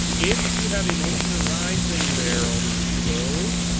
if you have a motion arising there, alderman chabot,